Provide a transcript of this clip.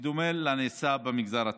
בדומה לנעשה במגזר הפרטי.